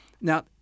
Now